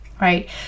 right